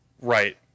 right